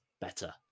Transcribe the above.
better